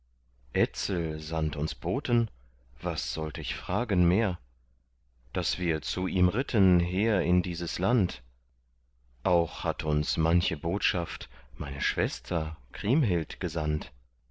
sandt uns boten was sollt ich fragen mehr daß wir zu ihm ritten her in dieses land auch hat uns manche botschaft meine schwester kriemhild gesandt